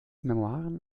memoiren